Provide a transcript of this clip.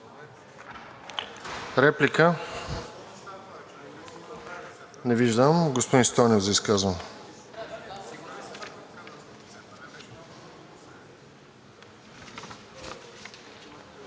Реплика? Не виждам. Господин Стойнев за изказване.